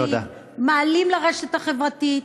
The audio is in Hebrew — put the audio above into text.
מעלים לרשת החברתית.